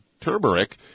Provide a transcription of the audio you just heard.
Turmeric